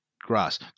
grass